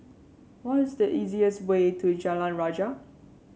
what is the easiest way to Jalan Rajah